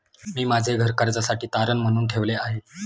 मी माझे घर कर्जासाठी तारण म्हणून ठेवले आहे